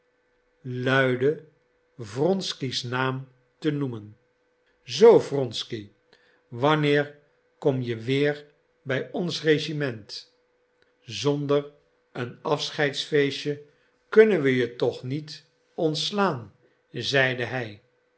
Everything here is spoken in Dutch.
luide wronsky's naam te noemen zoo wronsky wanneer kom je weer bij ons regement zonder een afscheidsfeestje kunnen we je toch niet ontslaan zeide hij